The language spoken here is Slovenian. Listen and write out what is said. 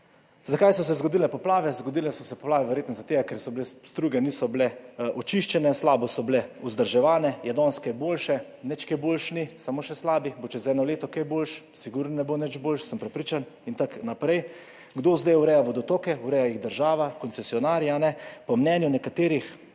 Zakaj so se zgodile poplave? Zgodile so se poplave verjetno zaradi tega, ker struge niso bile očiščene, slabo so bile vzdrževane. Je danes kaj boljše? Nič kaj boljše ni, samo še slabše. Bo čez eno leto kaj boljše? Sigurno ne bo nič boljše, sem prepričan. In tako naprej. Kdo zdaj ureja vodotoke? Ureja jih država, koncesionarji, po mnenju nekaterih